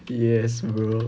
yes bro